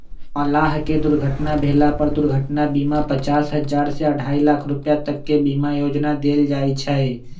मलाह के दुर्घटना भेला पर दुर्घटना बीमा पचास हजार से अढ़ाई लाख तक के बीमा योजना देल जाय छै